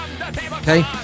Okay